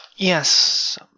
Yes